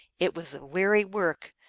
it was a weary work,